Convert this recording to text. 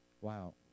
wow